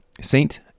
Saint